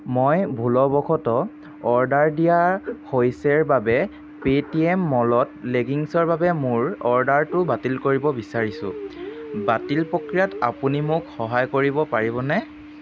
মই ভুলবশতঃ অৰ্ডাৰ দিয়া হৈছেৰ বাবে পেটিএম মলত লেগিংছৰ বাবে মোৰ অৰ্ডাৰটো বাতিল কৰিব বিচাৰিছোঁ বাতিল প্ৰক্ৰিয়াত আপুনি মোক সহায় কৰিব পাৰিবনে